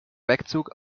wegzug